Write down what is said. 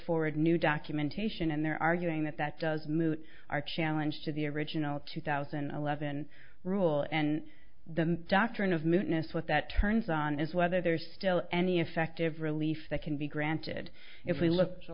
forward new documentation and they're arguing that that does moot our challenge to the original two thousand and eleven rule and the doctrine of mootness what that turns on is whether there's still any effective relief that can be granted if we look so